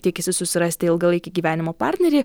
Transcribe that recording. tikisi susirasti ilgalaikį gyvenimo partnerį